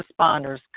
responders